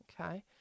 Okay